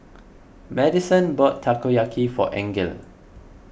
Madisen bought Takoyaki for Angele